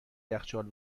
یخچال